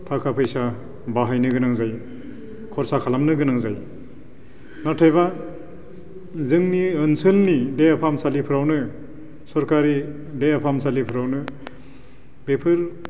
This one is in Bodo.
थाखा फैसा बाहायनो गोनां जायो खरसा खालामनो गोनां जायो नाथायबा जोंनि ओनसोलनि देहा फाहामसालिफोरावनो सोरकारि देहा फाहामसालिफोरावनो बेफोर